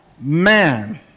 man